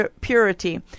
purity